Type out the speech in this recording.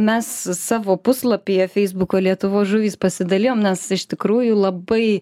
mes savo puslapyje feisbuko lietuvos žuvys pasidalijom nes iš tikrųjų labai